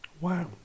Wow